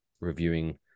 reviewing